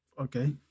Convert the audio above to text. Okay